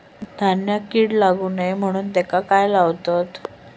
धान्यांका कीड लागू नये म्हणून त्याका काय लावतत?